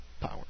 power